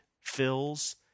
fills